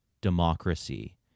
democracy